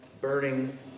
burning